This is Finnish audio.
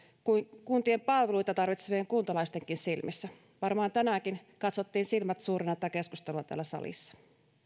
kuin kuntien palveluita tarvitsevien kuntalaistenkin silmissä varmaan tänäänkin katsottiin silmät suurina tätä keskustelua täällä salissa